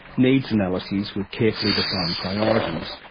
needs analyses with carefully defined priorities,